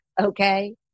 Okay